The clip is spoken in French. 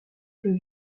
jeux